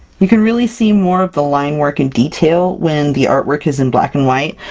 you can really see more of the line work in detail when the artwork is in black and white.